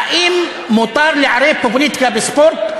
האם מותר לערב פוליטיקה וספורט,